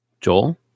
Joel